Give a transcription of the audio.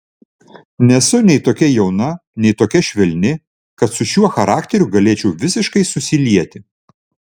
nesu nei tokia jauna nei tokia švelni kad su šiuo charakteriu galėčiau visiškai susilieti